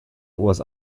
was